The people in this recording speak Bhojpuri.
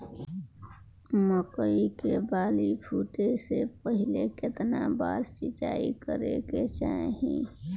मकई के बाली फूटे से पहिले केतना बार सिंचाई करे के चाही?